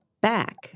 back